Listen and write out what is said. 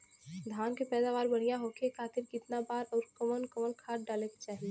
धान के पैदावार बढ़िया होखे खाती कितना बार अउर कवन कवन खाद डाले के चाही?